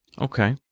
Okay